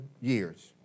years